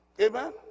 Amen